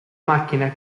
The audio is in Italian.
macchina